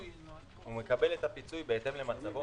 הוא מקבל את הפיצוי בהתאם למצבו.